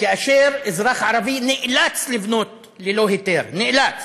כאשר אזרח ערבי נאלץ לבנות ללא היתר, נאלץ,